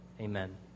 Amen